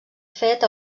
fet